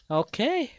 okay